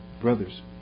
brothers